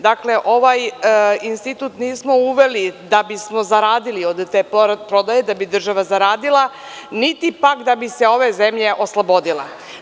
Dakle, ovaj institut nismo uveli da bismo zaradili od te prodaje, da bi država zaradila niti pak da bi se ove zemlje oslobodila.